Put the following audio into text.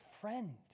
friend